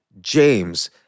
James